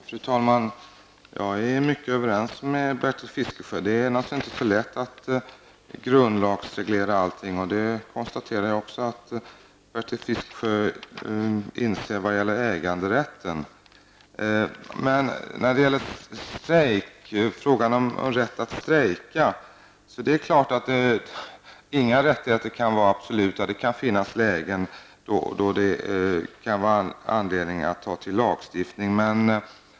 Fru talman! Jag är helt överens med Bertil Fiskesjö. Det är naturligtvis inte så lätt att grundlagsreglera allting, och jag konstaterar att Bertil Fiskesjö inser det vad gäller äganderätten. När det gäller frågan om rätten att strejka är det klart att inga rättigheter kan vara absoluta. Det kan finnas lägen då man har anledning att ta till lagstiftning.